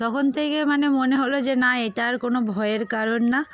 তখন থেকে মানে মনে হলো যে না এটা আর কোনো ভয়ের কারণ না